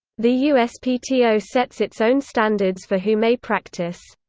the uspto sets its own standards for who may practice.